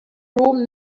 room